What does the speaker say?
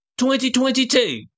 2022